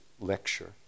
lecture